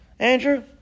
Andrew